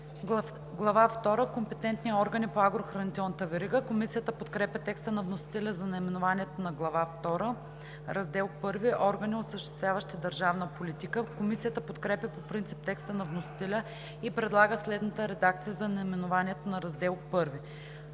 втора – Компетентни органи по агрохранителната верига“. Комисията подкрепя текста на вносителя за наименованието на Глава втора. „Раздел I – Органи, осъществяващи държавна политика“. Комисията подкрепя по принцип текста на вносителя и предлага следната редакция за наименованието на Раздел I: